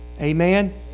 amen